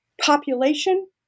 population